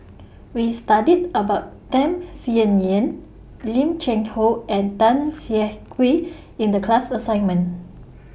We studied about Tham Sien Yen Lim Cheng Hoe and Tan Siah Kwee in The class assignment